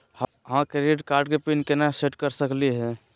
हमर credit card के PIN केना सेट कर सकली हे?